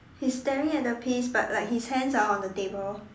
he's staring at the peas but like his hands are on the table